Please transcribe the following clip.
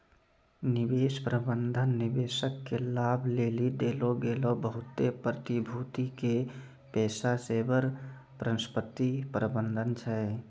निवेश प्रबंधन निवेशक के लाभ लेली देलो गेलो बहुते प्रतिभूति के पेशेबर परिसंपत्ति प्रबंधन छै